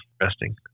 interesting